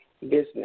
business